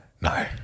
No